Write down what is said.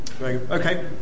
okay